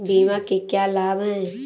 बीमा के क्या लाभ हैं?